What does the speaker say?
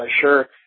sure